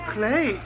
Clay